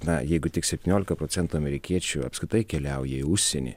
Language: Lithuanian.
na jeigu tik septyniolika procentų amerikiečių apskritai keliauja į užsienį